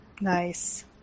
Nice